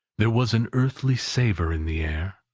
there was an earthy savour in the air,